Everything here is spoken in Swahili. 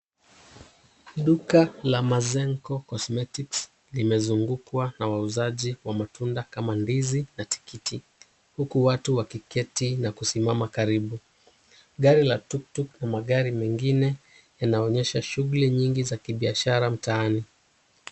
Duka la mazenko cosmetics limezungukwa na wauzaji wa matunda kama ndizi na tikiti huku watu wakiketi na kusimama Karibu. Gari la tuktuk na magari mengine yanaonyesha shughuli nyingi za kibiashara mtaani.